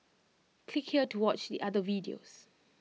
click here to watch the other videos